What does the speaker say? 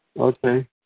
Okay